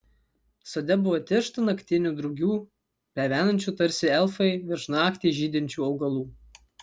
sode buvo tiršta naktinių drugių plevenančių tarsi elfai virš naktį žydinčių augalų